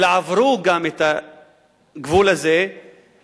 אלא עברו גם את הגבול הזה ותקפו,